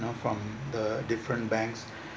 you know from the different banks